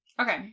Okay